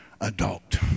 adult